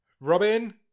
Robin